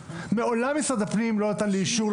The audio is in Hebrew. מעולם משרד הפנים לא נתן לי אישור,